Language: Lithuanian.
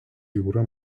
jūrą